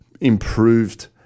improved